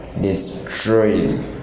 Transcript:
destroying